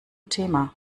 thema